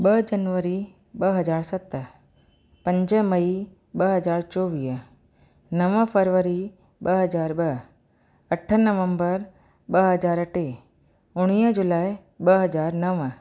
ॿ जनवरी ॿ हज़ार सत पंज मई ॿ हज़ार चोवीह नव फरवरी ॿ हज़ार ॿ अठ नवंबर ॿ हज़ार टे उणिवीह जुलाई ॿ हज़ार नव